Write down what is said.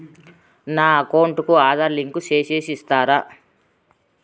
నా అకౌంట్ కు ఆధార్ లింకు సేసి ఇస్తారా?